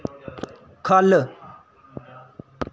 ख'ल्ल